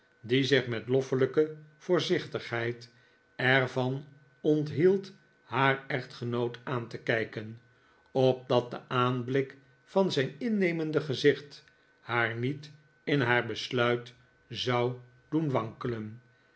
die zich met loffelijke voorzichtigheid er van onthield haar echtgenoot aan te kijken opdat de aanblik van zijn innemende gezicht haar niet in haar besluit zou doen wankelen